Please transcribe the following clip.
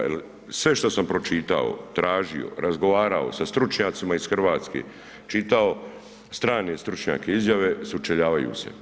Jer sve što sam pročitao, tražio, razgovarao sa stručnjacima iz Hrvatske, čitao strane stručnjake, izjave, sučeljavaju se.